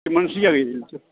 تِمَن چھِ یِہوٚے